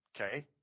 okay